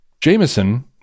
Jameson